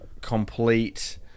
complete